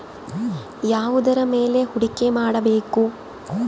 ಯಾವುದರ ಮೇಲೆ ಹೂಡಿಕೆ ಮಾಡಬೇಕು?